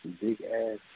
big-ass